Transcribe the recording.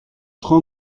train